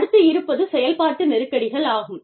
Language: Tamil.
அடுத்து இருப்பது செயல்பாட்டு நெருக்கடிகள் ஆகும்